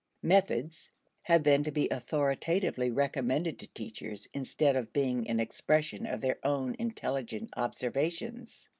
methods have then to be authoritatively recommended to teachers, instead of being an expression of their own intelligent observations.